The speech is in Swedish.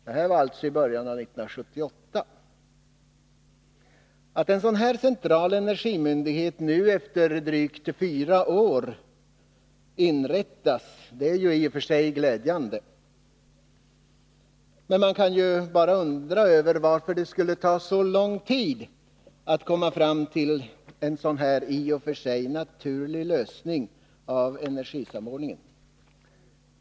Detta var alltså i början av 1978. Att en dylik central energimyndighet nu, efter drygt fyra år, inrättas är i och för sig glädjande. Man kan bara undra varför det skulle ta så lång tid att komma fram till en sådan i och för sig naturlig lösning av energisamordningen.